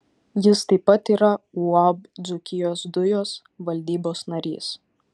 jis taip pat yra uab dzūkijos dujos valdybos narys